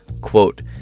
quote